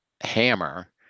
hammer